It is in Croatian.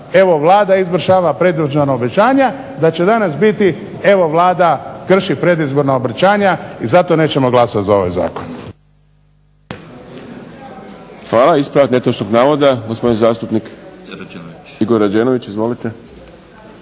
evo Vlada izvršava predizborna obećanja da će danas biti, evo Vlada krši predizborna obećanja i zato nećemo glasati za ovaj zakon. **Šprem, Boris (SDP)** Hvala. Ispravak netočnog navoda, gospodin zastupnik Igor Rađenović. Izvolite.